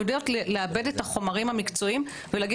אנו יודעות לעבד את החומרים המקצועיים ולומר